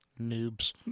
noobs